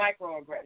microaggressions